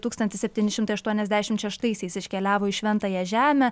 tūkstantis septyni šimtai aštuoniasdešimt šeštaisiais iškeliavo į šventąją žemę